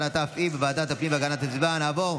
לוועדת הפנים והגנת הסביבה נתקבלה.